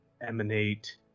emanate